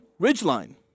Ridgeline